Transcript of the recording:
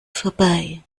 vorbei